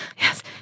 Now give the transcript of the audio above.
yes